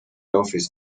office